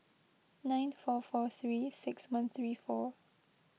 nine four four three six one three four